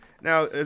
now